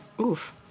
Oof